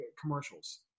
commercials